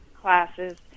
classes